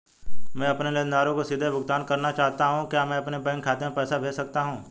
मैं अपने लेनदारों को सीधे भुगतान करना चाहता हूँ क्या मैं अपने बैंक खाते में पैसा भेज सकता हूँ?